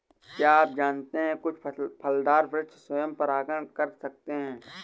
क्या आप जानते है कुछ फलदार वृक्ष स्वयं परागण कर सकते हैं?